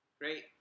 great